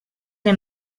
que